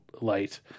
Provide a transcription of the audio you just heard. light